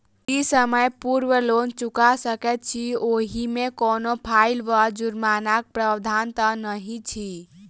की समय पूर्व लोन चुका सकैत छी ओहिमे कोनो फाईन वा जुर्मानाक प्रावधान तऽ नहि अछि?